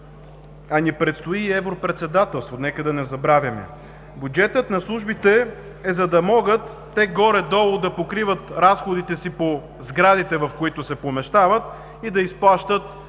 А ни предстои и европредседателство, нека да не забравяме. Бюджетът на службите е, за да могат те, горе-долу, да покриват разходите си по сградите, в които се помещават, и да изплащат, както